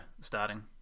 starting